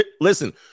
Listen